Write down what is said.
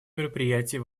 мероприятий